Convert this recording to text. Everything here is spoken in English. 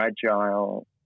fragile